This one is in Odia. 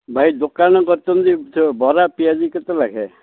ଭାଇ ଦୋକାନ କରିଛନ୍ତି ବରା ପିଆଜି କେତେ ଲେଖାଏଁ